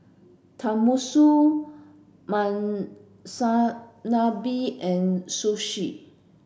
Tenmusu Monsunabe and Sushi